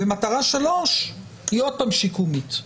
המטרה השלישית היא עוד פעם שיקומית.